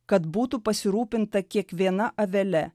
kad būtų pasirūpinta kiekviena avele